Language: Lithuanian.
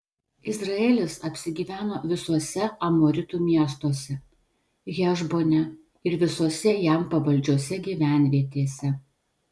izraelis apsigyveno visuose amoritų miestuose hešbone ir visose jam pavaldžiose gyvenvietėse